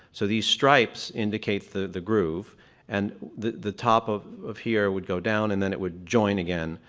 so these stripes indicate the the groove and the the top of of here would go down, and then it would join again.